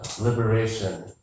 liberation